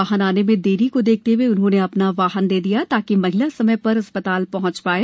वाहन आने में देरी को देखते हए उन्होंने अपना वाहन दे दिया ताकि महिला समय पर अस्पताल पहंच पाये